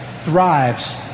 thrives